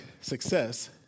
success